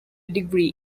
degree